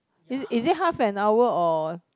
is is it half an hour or